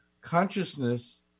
Consciousness